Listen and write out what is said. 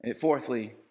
Fourthly